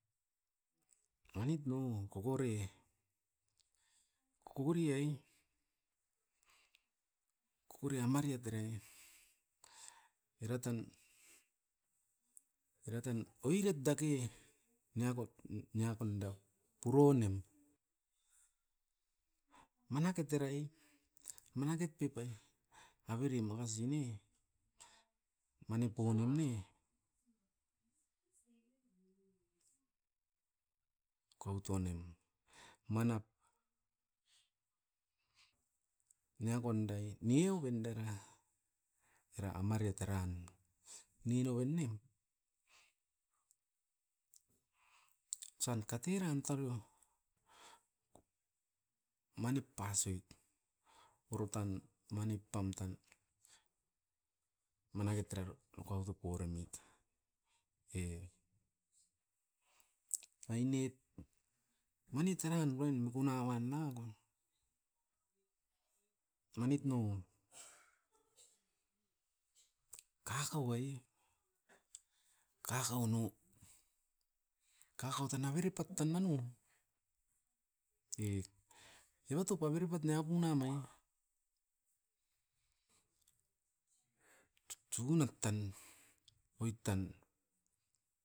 Anit no kokore, kokori ai, kokore amaria terei. Era tan, era tan oiret dake, niakot, niakon da puronem. Manaket erai, manaket pipai avere makasi ne mani poua nemne, kout uanem. Manap niakon dai, nioven dera era amariat eran, nin noven e osan kateran taveo manip pasoit orotan manip pam tan. Manaket era rokaut o poremit e, ainiet manit eran ruain mikuna wan nauoko manit no kakau ai, kakau no, kakau tan avere pat tan nanu,e. Evatop avere pat nia punam ai? tsunat tan, oit tan.